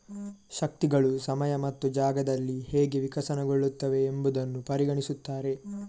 ಶಕ್ತಿಗಳು ಸಮಯ ಮತ್ತು ಜಾಗದಲ್ಲಿ ಹೇಗೆ ವಿಕಸನಗೊಳ್ಳುತ್ತವೆ ಎಂಬುದನ್ನು ಪರಿಗಣಿಸುತ್ತಾರೆ